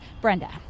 Brenda